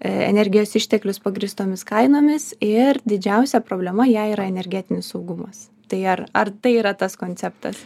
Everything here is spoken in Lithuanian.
energijos išteklius pagrįstomis kainomis ir didžiausia problema jai yra energetinis saugumas tai ar ar tai yra tas konceptas